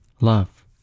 Love